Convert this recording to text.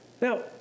Now